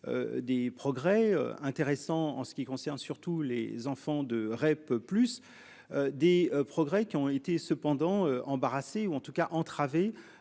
Des progrès intéressants en ce qui concerne surtout les enfants de REP plus. Des progrès qui ont été cependant embarrassée ou en tout cas entravée